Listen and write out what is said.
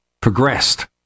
progressed